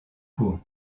court